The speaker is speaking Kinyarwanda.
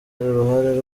uruhare